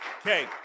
Okay